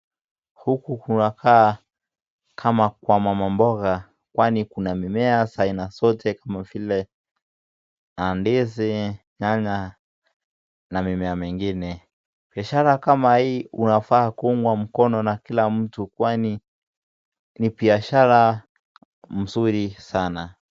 huku kuna kaa kwa mama mboga kwani kuna mimea za aina zote mboga za haina zote kama vile mandizi, nyanya na mimea mengine. Biashara kama hii unafaa kuungwa mkono na kila mtu kwani ni biashara mzuri sana.